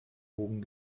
wogen